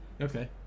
Okay